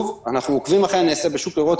אנחנו עוקבים אחרי הנעשה בשוק כדי לראות